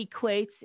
equates